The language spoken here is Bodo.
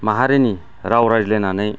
माहारिनि राव रायज्लायनानै